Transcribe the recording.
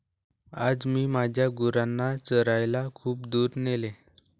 आज मी माझ्या गुरांना चरायला खूप दूर नेले